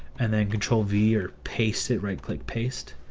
and then control v or paste it right click paste,